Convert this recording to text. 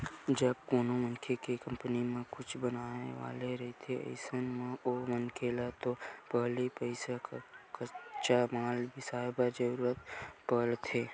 जब कोनो मनखे के कंपनी ह कुछु बनाय वाले रहिथे अइसन म ओ मनखे ल तो पहिली पइसा कच्चा माल बिसाय बर जरुरत पड़थे